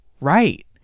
right